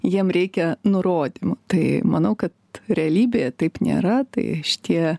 jiem reikia nurodymų tai manau kad realybėje taip nėra tai šitie